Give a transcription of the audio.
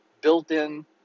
built-in